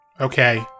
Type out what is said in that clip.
Okay